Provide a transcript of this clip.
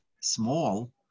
small